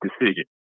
decision